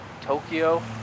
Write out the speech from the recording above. Tokyo